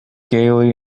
gaily